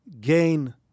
gain